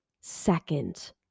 second